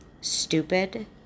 stupid